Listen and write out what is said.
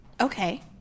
Okay